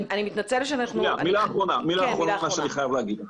אני מתנצלת שאנחנו --- מילה אחרונה שאני חייב להגיד.